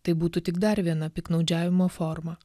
tai būtų tik dar viena piktnaudžiavimo forma